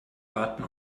warten